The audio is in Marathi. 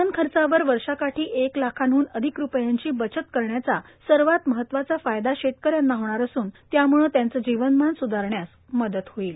इंधन खर्चावर वर्षाकाठी एक लाखाहन अधिक रुपयांची बचत करण्याचा सर्वात महत्वाचा फाय ा शेतकऱ्यांना होणार असून त्यामुळे त्यांचे जीवनमान सुधारण्यास म त होईल